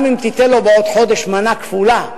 גם אם תיתן לו בעוד חודש מנה כפולה,